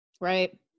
Right